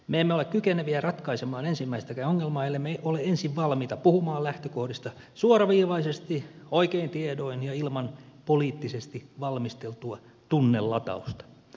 me emme ole kykeneviä ratkaisemaan ensimmäistäkään ongelmaa ellemme ole ensin valmiita puhumaan lähtökohdista suoraviivaisesti oikein tiedoin ja ilman poliittisesti valmisteltua tunnelatausta